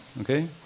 okay